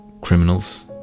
criminals